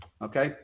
Okay